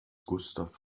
gustav